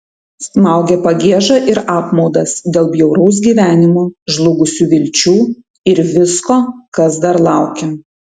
smaugė pagieža ir apmaudas dėl bjauraus gyvenimo žlugusių vilčių ir visko kas dar laukia